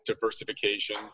diversification